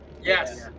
Yes